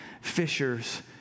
fishers